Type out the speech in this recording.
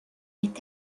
est